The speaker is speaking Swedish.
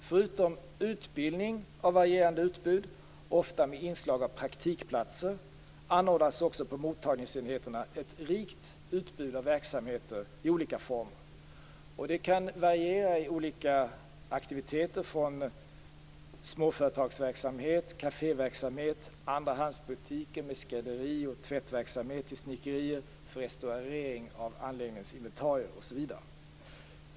Förutom utbildning av varierande utbud, ofta med inslag av praktikplatser, anordnas också på mottagningsenheterna ett rikt utbud av verksamhet i olika former. Den kan variera från aktiviteter liknande småföretagsamhet, kaféverksamhet, andrahandsbutiker med skrädderi och tvättverksamhet till snickerier för restaurering av anläggningens inventarier.